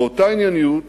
באותה ענייניות